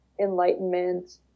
enlightenment